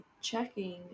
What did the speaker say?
checking